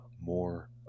more